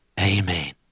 Amen